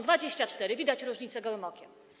24. Widać różnicę gołym okiem.